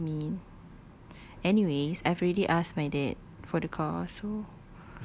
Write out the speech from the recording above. that's so mean anyways I've already asked my dad for the car so